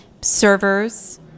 servers